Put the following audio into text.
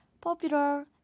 Popular